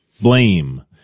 blame